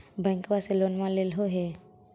बैंकवा से लोनवा लेलहो हे?